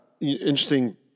interesting